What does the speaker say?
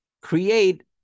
create